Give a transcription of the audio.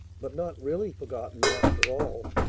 but not really forgotten, after all.